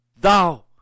thou